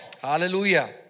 Hallelujah